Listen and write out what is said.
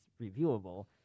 reviewable